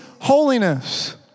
holiness